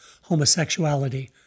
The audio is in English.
homosexuality